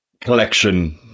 collection